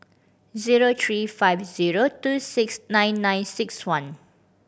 zero three five zero two six nine nine six one